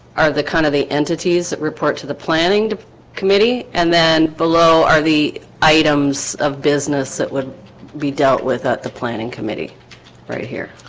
are the kind of the entities report to the planning committee and then below are the items of business that would be dealt with at the planning committee right here